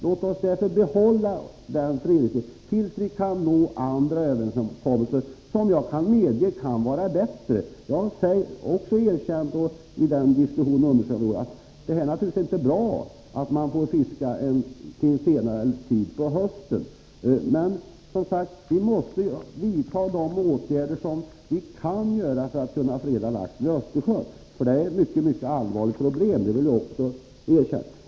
Låt oss därför behålla denna fredningstid tills vi kan nå andra överenskommelser som kan vara bättre. Också jag har erkänt att det naturligtvis inte är bra att man får fiska till en senare tidpunkt på hösten, men vi måste som sagt vidta de åtgärder som är möjliga att vidta för att freda laxen i Östersjön. Detta är ett mycket allvarligt problem — det vill jag också erkänna.